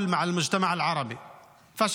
תודה.